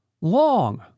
long